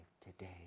today